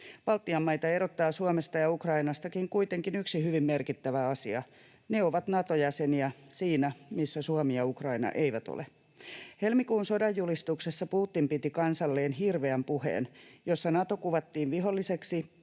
Baltian maita erottaa Suomesta ja Ukrainastakin kuitenkin yksi hyvin merkittävä asia, ne ovat Nato-jäseniä siinä, missä Suomi ja Ukraina eivät ole. Helmikuun sodanjulistuksessa Putin piti kansalleen hirveän puheen, jossa Nato kuvattiin viholliseksi